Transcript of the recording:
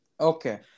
Okay